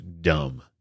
dumb